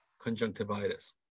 conjunctivitis